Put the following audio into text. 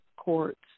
courts